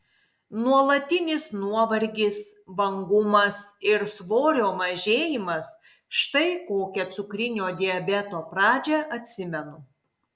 nuolatinis nuovargis vangumas ir svorio mažėjimas štai kokią cukrinio diabeto pradžią atsimenu